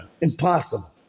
Impossible